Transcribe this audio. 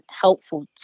helpful